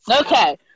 Okay